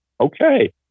Okay